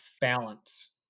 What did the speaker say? balance